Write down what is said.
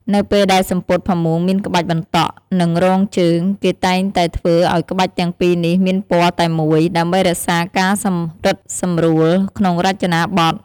នៅពេលដែលសំពត់ផាមួងមានក្បាច់បន្តក់ និងរងជើង គេតែងតែធ្វើឲ្យក្បាច់ទាំងពីរនេះមានពណ៌តែមួយ ដើម្បីរក្សាការសម្រិតសម្រួលក្នុងរចនាប័ទ្ម។